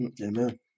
Amen